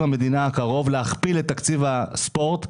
המדינה הקרוב להכפיל את תקציב הספורט,